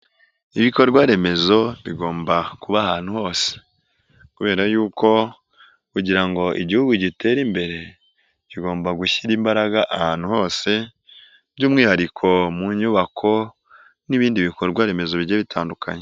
Ibikorwa remezo bigomba kuba ahantu hose kubera y'uko kugira ngo igihugu gitere imbere kigomba gushyira imbaraga ahantu hose, by'umwihariko mu nyubako n'ibindi bikorwa remezo bigiye bitandukanye.